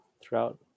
throughout